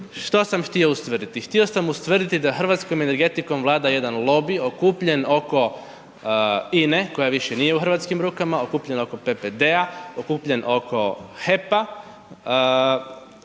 što sam htio ustvrditi? Htio sam ustvrditi da hrvatskom energetikom vlada jedan lobij okupljen oko INE koja više nije u hrvatskim rukama, okupljen oko PPD-a, okupljen oko HEP-a